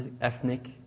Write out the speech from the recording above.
ethnic